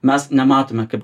mes nematome kaip